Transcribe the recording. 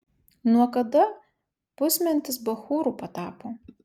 nuo kada pusmentis bachūru patapo